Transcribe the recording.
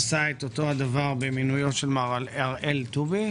עשה את אותו דבר במינויו של מר הראל טובי,